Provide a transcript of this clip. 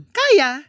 kaya